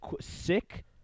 sick